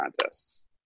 contests